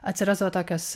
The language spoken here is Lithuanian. atsirasdavo tokios